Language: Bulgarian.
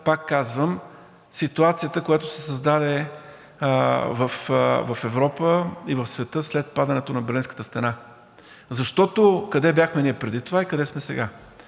пак казвам, ситуацията, която се създаде в Европа и в света след падането на Берлинската стена. Защото къде бяхме ние преди това и къде сме сега?